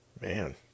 Man